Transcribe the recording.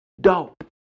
Dope